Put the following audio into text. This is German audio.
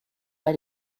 bei